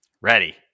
Ready